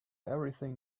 everything